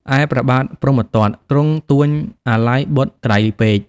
ឯព្រះបាទព្រហ្មទត្តទ្រង់ទួញអាល័យបុត្រក្រៃពេក។